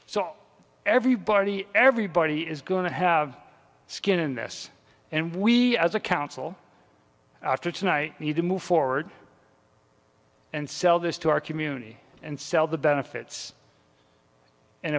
so everybody everybody is going to have skin in this and we as a council after tonight we need to move forward and sell this to our community and sell the benefits and